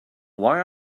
why